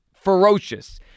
ferocious